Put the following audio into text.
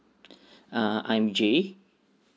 uh I'm jay